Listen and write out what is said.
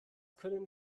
können